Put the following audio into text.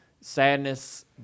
sadness